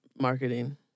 marketing